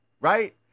Right